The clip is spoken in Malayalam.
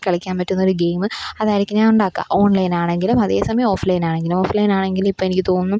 കളിക്കാന് പറ്റുന്നൊരു ഗെയിം അതായിരിക്കും ഞാന് ഉണ്ടാക്കുക ഓൺലൈനാണെങ്കിലും അതേ സമയം ഓഫ്ലൈനാണെങ്കിലും ഓഫ്ലൈനാണെങ്കിലിപ്പെനിക്ക് തോന്നും